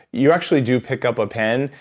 you actually do pick up a pen,